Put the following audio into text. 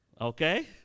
Okay